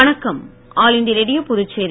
வணக்கம் all India Radio Puducherry